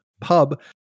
pub